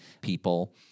people